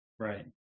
Right